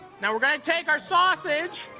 now we're gonna take our sausage,